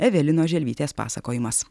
evelinos želvytės pasakojimas